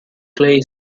clay